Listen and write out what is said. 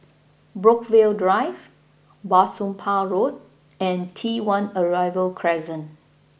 Brookvale Drive Bah Soon Pah Road and T One Arrival Crescent